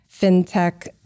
fintech